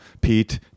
Pete